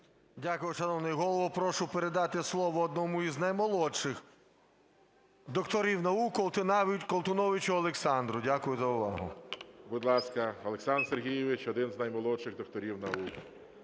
Дякую, шановний Голово. Прошу передати слово одному із наймолодших докторів наук Колтуновичу Олександру. Дякую за увагу. ГОЛОВУЮЧИЙ. Будь ласка, Олександр Сергійович, один з наймолодших докторів наук.